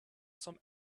some